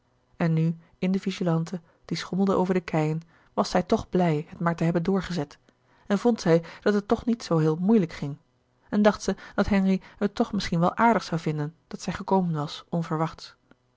en nu in de vigilante die schommelde over de keien was zij toch blij het maar te hebben doorgezet en vond zij dat het toch niet zoo heel moeilijk ging en dacht zij dat henri het toch misschien wel aardig zoû vinden dat zij gekomen was onverwachts